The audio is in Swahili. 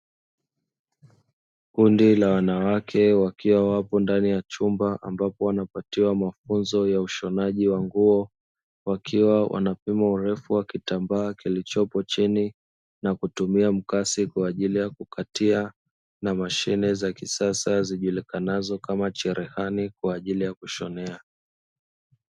Kundi la wanawake wakiwa wapo ndani ya chumba ambapo wanapatiwa mafunzo ya ushonaji wa nguo wakiwa wanapima urefu wa kitambaa kilichopo chini na kutumia mkasi kwajili ya kukatia na mashine za kisasa kisasa zijulikanazo kama cherehani kwajili ya kushonea.